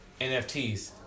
NFTs